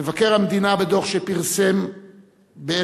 מבקר המדינה, בדוח שפרסם ב-2007,